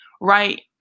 right